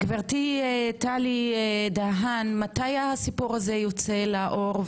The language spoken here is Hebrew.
גברתי טלי דהן, מתי הסיפור הזה יוצא לאור?